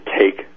take